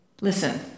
Listen